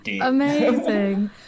amazing